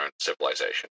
civilization